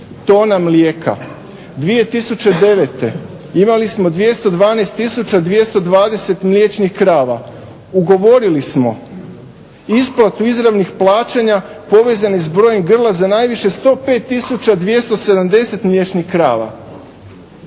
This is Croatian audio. tona mlijeka". 2009. imali smo 212 tisuća 220 mliječnih krava. Ugovorili smo isplatu izravnih plaćanja povezanih s brojim grla za najviše 105 tisuća 270 mliječnih krava.